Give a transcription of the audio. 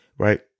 Right